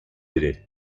biri